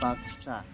Baksa